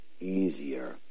easier